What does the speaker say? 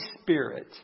spirit